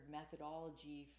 methodology